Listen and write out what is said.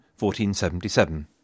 1477